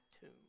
tomb